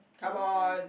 come on